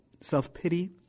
self-pity